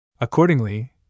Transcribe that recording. Accordingly